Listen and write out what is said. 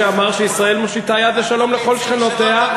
שאמר שישראל מושיטה יד לשלום לכל שכנותיה,